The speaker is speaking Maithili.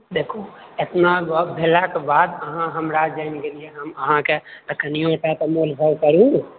देखू एतना गप भेलाके बाद अहाँ हमरा जानि गेलिऐ हम अहाँकेँ तऽ कनिओटा तऽ मोल भाव करू